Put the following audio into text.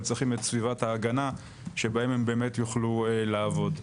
צריכים את סביבת ההגנה שבהם הם באמת יוכלו לעבוד.